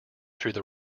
through